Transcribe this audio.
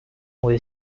with